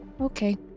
Okay